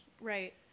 Right